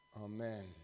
Amen